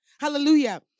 Hallelujah